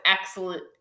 excellent